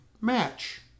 match